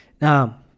Now